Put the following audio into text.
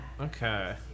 Okay